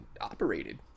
operated